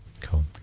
Cool